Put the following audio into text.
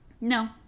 No